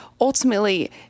Ultimately